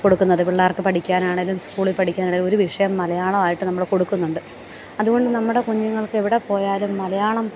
കൊടുക്കുന്നത് പിള്ളേർക്ക് പഠിക്കാൻ ആണേലും സ്കൂളിൽ പഠിക്കാൻ ആണെങ്കിലും ഒരു വിഷയം മലയാളമായിട്ട് നമ്മൾ കൊടുക്കുന്നുണ്ട് അതുകൊണ്ട് നമ്മുടെ കുഞ്ഞുങ്ങൾക്ക് എവിടെ പോയാലും മലയാളം